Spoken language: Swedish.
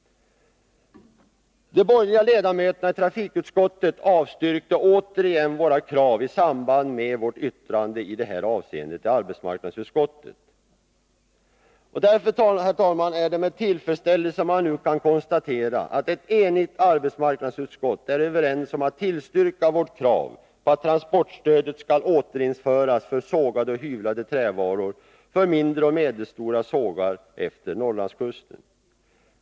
De borgerliga ledamöterna i trafikutskottet avstyrkte återigen våra krav i samband med trafikutskottets yttrande i det här avseendet till arbetsmarknadsutskottet. Därför är det, herr talman, med tillfredsställelse man nu kan konstatera att ett enigt arbetsmarknadsutskott tillstyrker vårt krav på att transportstödet skall återinföras till sågade och hyvlade trävaror för mindre och medelstora sågar efter Norrlandskusten.